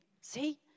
See